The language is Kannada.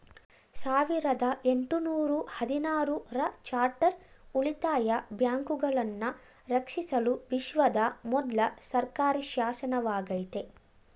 ಸಾವಿರದ ಎಂಟು ನೂರ ಹದಿನಾರು ರ ಚಾರ್ಟರ್ ಉಳಿತಾಯ ಬ್ಯಾಂಕುಗಳನ್ನ ರಕ್ಷಿಸಲು ವಿಶ್ವದ ಮೊದ್ಲ ಸರ್ಕಾರಿಶಾಸನವಾಗೈತೆ